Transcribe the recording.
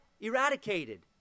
eradicated